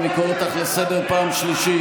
אני קורא אותך לסדר פעם שלישית.